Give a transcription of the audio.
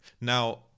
Now